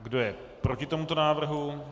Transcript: Kdo je proti tomuto návrhu?